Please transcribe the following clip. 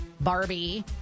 Barbie